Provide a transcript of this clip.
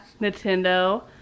Nintendo